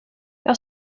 jag